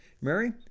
Mary